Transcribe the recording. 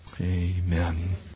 Amen